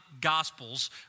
gospels